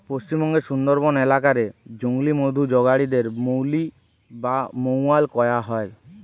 পশ্চিমবঙ্গের সুন্দরবন এলাকা রে জংলি মধু জগাড়ি দের মউলি বা মউয়াল কয়া হয়